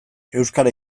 euskara